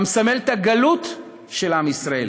המסמל את הגלות של עם ישראל.